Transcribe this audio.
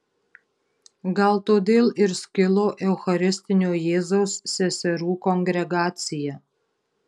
gal todėl ir skilo eucharistinio jėzaus seserų kongregacija